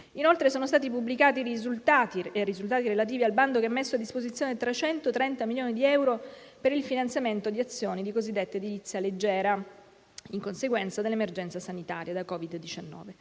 Inoltre, sono stati pubblicati i risultati relativi al bando che ha messo a disposizione 330 milioni di euro per il finanziamento di azioni di cosiddetta edilizia leggera, in conseguenza dell'emergenza sanitaria da Covid-19.